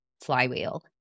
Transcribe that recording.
flywheel